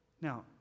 Now